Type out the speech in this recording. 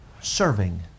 serving